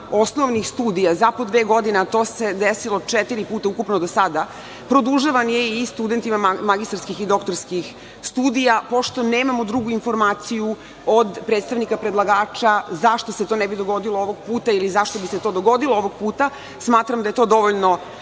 osnovnih studija za po dve godine, a to se desilo četiri puta ukupno do sada, produžavan je i studentima magistarskih i doktorskih studija. Pošto nemamo drugu informaciju od predstavnika predlagača zašto se to ne bi dogodilo ovog puta, ili zašto bi se to dogodilo ovog puta, smatram da je to dovoljno